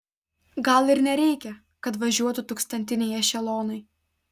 gal ir nereikia kad važiuotų tūkstantiniai ešelonai